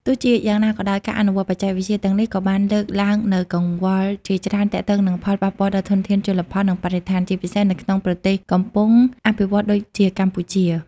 ទោះជាយ៉ាងណាក៏ដោយ ការអនុវត្តបច្ចេកវិទ្យាទាំងនេះក៏បានលើកឡើងនូវកង្វល់ជាច្រើនទាក់ទងនឹងផលប៉ះពាល់ដល់ធនធានជលផល និងបរិស្ថាន ជាពិសេសនៅក្នុងប្រទេសកំពុងអភិវឌ្ឍន៍ដូចជាកម្ពុជា។